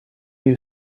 you